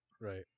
Right